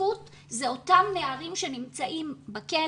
העדיפות זה אותם נערים שנמצאים בכלא,